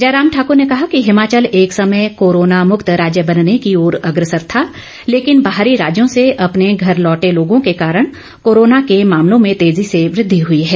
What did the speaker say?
जयराम ठाकुर ने कहा कि हिमाचल एक समय कोरोना मुक्त राज्य बनने की ओर अग्रसर था लेकिन बाहरी राज्यों से अपने घर लौटे लोगों के कारण कोरोना के मामलों में तेजी से वृद्धि हुई है